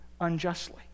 unjustly